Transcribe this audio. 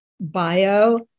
bio